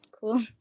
cool